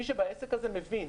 מבין: